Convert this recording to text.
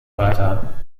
weiter